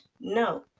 no